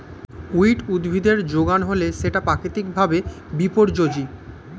weed উদ্ভিদের যোগান হলে সেটা প্রাকৃতিক ভাবে বিপর্যোজী